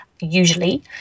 usually